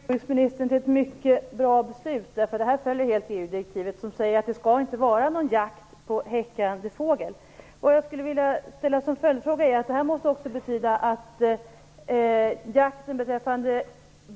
Herr talman! Jag vill börja med att gratulera jordbruksministern till ett mycket bra beslut. Det här följer helt EU-direktivet som säger att det inte skall vara någon jakt på fågel under häckningstid. Jag skulle vilja ställa en följdfråga. Det här måste betyda att